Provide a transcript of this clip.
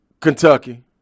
Kentucky